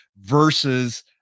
versus